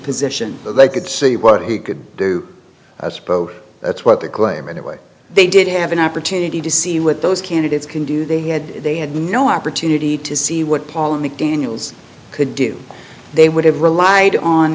position so they could see what he could do both that's what they claim and the way they did have an opportunity to see what those candidates can do they had they had no opportunity to see what paul and the daniels could do they would have relied on